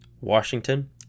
Washington